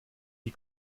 die